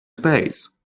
space